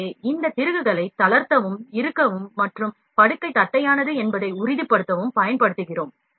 எனவே இந்த திருகுகளை தளர்த்தவும் இறுக்கவும் மற்றும் படுக்கை தட்டையானது என்பதை உறுதிப்படுத்தவும் பயன்படுத்துகிறோம்